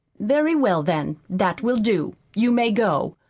very well, then, that will do. you may go.